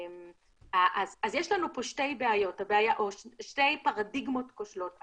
אז יש לנו פה שתי בעיות או שתי פרדיגמות כושלות.